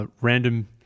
random